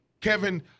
Kevin